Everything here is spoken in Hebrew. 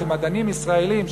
שמדענים ישראלים,